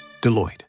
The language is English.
Deloitte